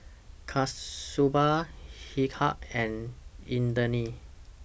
Kasturba Milkha and Indranee